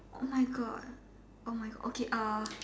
oh my God my okay